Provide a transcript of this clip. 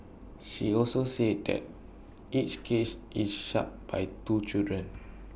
she also said that each cage is shut by two children